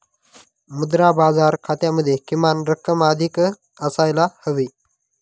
मुद्रा बाजार खात्यामध्ये किमान रक्कम अधिक असायला हवी